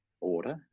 order